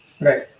right